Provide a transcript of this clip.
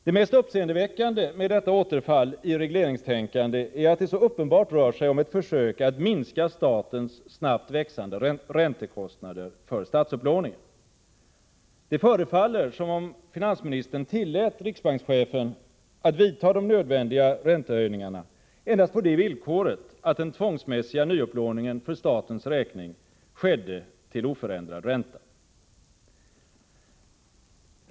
Det mest uppseendeväckande med detta återfall i regleringstänkande är att det så uppenbart rör sig om ett försök att minska statens snabbt växande räntekostnader för statsupplåningen. Det förefaller som om finansministern tillät riksbankschefen att vidta de nödvändiga räntehöjningarna endast på det villkoret att den tvångsmässiga nyupplåningen för statens räkning skedde till oförändrad ränta.